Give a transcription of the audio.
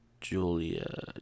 Julia